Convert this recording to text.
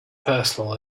personal